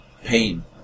pain